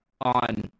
on